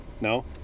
no